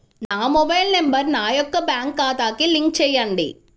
నా mobile number నా యొక్క బ్యాంక్ ఖాతాకి లింక్ చేయండీ?